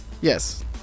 yes